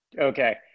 okay